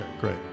great